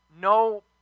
no